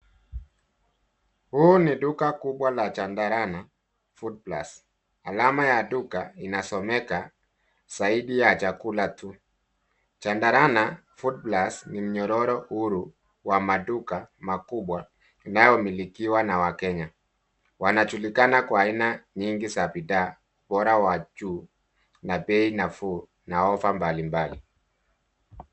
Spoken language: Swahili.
Huu ni duka kubwa la Chandarana Foodplus, alama ya duka inasomeka zaidi ya chakula tu. Chandarana Foodplus ni mnyororo huru wa maduka makubwa inayomilikiwa na Wakenya. Wanajulikana kwa aina nyingi za bidhaa, ubora wa juu na bei nafuu na ofa mbalimbali.